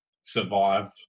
survive